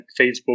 Facebook